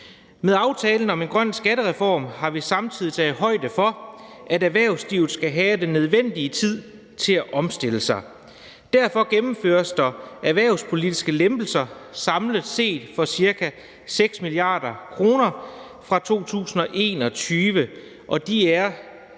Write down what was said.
Med aftalen om en grøn skattereform har vi samtidig taget højde for, at erhvervslivet skal have den nødvendige tid til at omstille sig. Derfor gennemføres der erhvervspolitiske lempelser samlet set for ca. 6 mia. kr., og de er